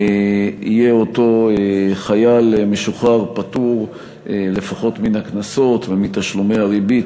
יהיה אותו חייל משוחרר פטור לפחות מן הקנסות ומתשלומי הריבית,